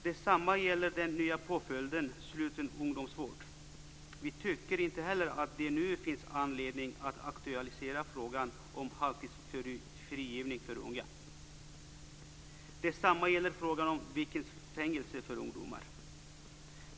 Detsamma gäller den nya påföljden sluten ungdomsvård. Vi tycker inte heller att det nu finns anledning att aktualisera frågan om halvtidsfrigivning för unga. Detsamma gäller frågan om weekendfängelse för ungdomar.